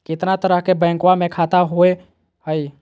कितना तरह के बैंकवा में खाता होव हई?